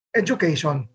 education